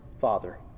Father